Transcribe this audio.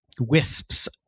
wisps